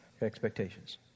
Expectations